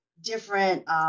different